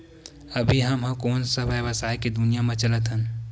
अभी हम ह कोन सा व्यवसाय के दुनिया म चलत हन?